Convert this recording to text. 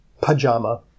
pajama